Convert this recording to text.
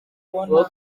ubwo